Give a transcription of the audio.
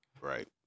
Right